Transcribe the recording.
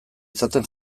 izaten